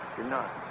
you're not.